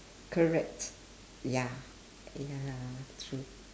correct ya ya true